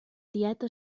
tieta